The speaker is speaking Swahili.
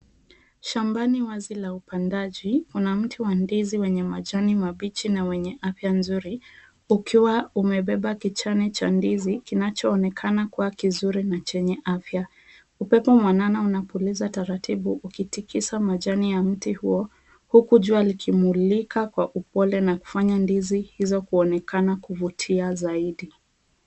Shambani wazi la upandaji una mti wa ndizi wenye majani mabichi na wenye afya nzuri, ukiwa umebeba kichane cha ndizi kinachoonekana kuwa kizuri na chenye afya. Upepo mwanana unapuliza taratibu ukitikisa majani ya mti huo, huku jua likimulika kwa upole na kufanya ndizi hizo kuonekana kuvutia zaidi.